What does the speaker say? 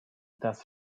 dass